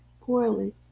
poorly